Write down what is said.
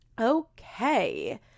Okay